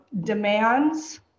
demands